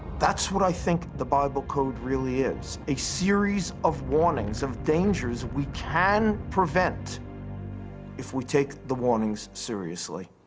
that's what i think the bible code really is, a series of warnings, of dangers we can prevent if we take the warnings seriously.